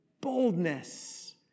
boldness